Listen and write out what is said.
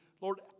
Lord